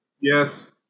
yes